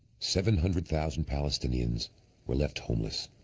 seven hundred thousand palestinians were left homeless,